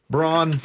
Braun